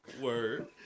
Word